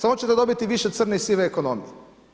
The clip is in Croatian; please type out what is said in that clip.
Samo ćete dobiti više crne i sive ekonomije.